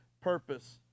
purpose